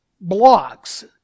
blocks